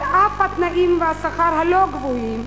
על אף התנאים והשכר הלא גבוהים,